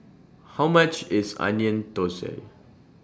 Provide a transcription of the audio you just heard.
How much IS Onion Thosai